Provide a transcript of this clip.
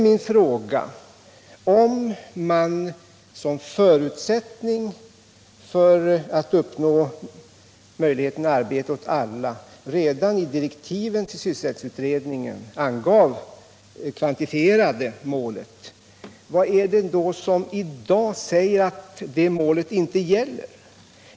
Min fråga lyder: Om man som förutsättning för att uppnå möjlighet till arbete åt alla redan i direktiven till sysselsättningsutredningen anger målet, vad är det då som i dag säger att det målet inte gäller?